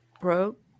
broke